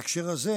בהקשר הזה,